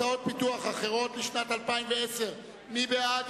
סעיף הוצאות פיתוח אחרות לשנת 2010: מי בעד,